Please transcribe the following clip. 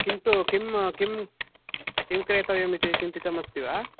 किन्तु किं किं किं क्रेतव्यम् इति चिन्तितमस्ति वा